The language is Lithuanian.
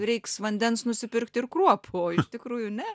reiks vandens nusipirkti ir kruopų o iš tikrųjų ne